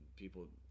People